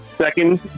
second